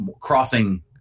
crossing